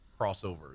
crossovers